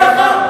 sorry.